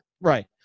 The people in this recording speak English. Right